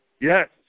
Yes